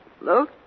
Look